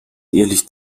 ehrlich